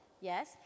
yes